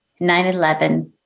9-11